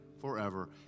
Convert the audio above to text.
forever